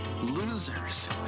Losers